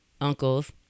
Uncles